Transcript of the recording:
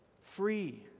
Free